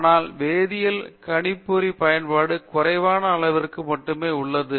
விஸ்வநாதன் ஆனால் வேதியியலில் கணிப்பொறிப் பயன்பாடு குறைவான அளவிற்கு மட்டுமே உள்ளது அது மேம்படுத்தப்பட வேண்டும்